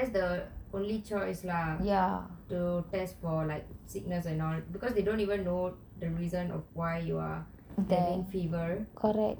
but that's the only choice lah to test for fever and all because they don't even know why you are having fever